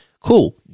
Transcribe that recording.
cool